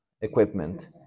equipment